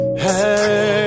Hey